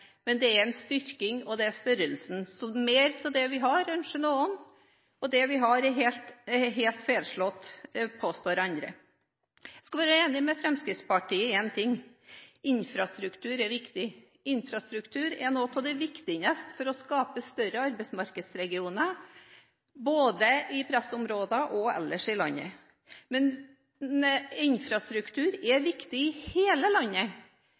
men det er uenighet om størrelsen, om det skal styrkes eller ikke. Noen ønsker mer av det vi har, mens andre påstår at det vi har er helt feilslått. Jeg skal være enig med Fremskrittspartiet i én ting: Infrastruktur er viktig. Infrastruktur er noe av det viktigste for å skape større arbeidsmarkedsregioner, både i pressområder og ellers i landet. Men infrastruktur er viktig i hele landet.